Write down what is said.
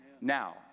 Now